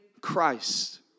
Christ